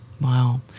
Wow